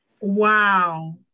Wow